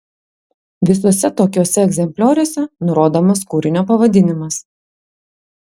visuose tokiuose egzemplioriuose nurodomas kūrinio pavadinimas